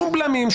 שום בלמים,